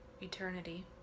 eternity